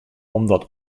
omdat